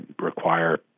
require